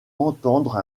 entendre